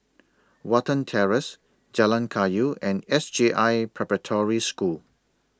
Watten Terrace Jalan Kayu and S J I Preparatory School